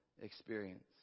experience